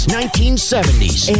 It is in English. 1970s